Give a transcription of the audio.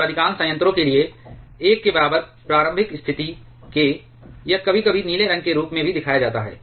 और अधिकांश संयंत्रों के लिए 1 के बराबर प्रारंभिक स्थिति k यह कभी कभी नीले रंग के रूप में भी दिखाया जाता है